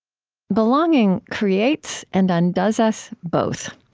belonging creates and undoes us both.